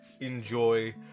enjoy